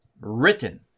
written